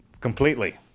Completely